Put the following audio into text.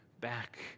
back